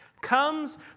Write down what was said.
comes